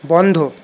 বন্ধ